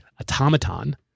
automaton